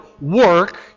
work